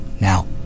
Now